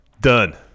done